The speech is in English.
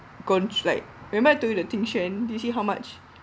like remember I told you the tingxuan do you see how much